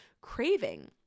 craving